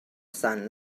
sun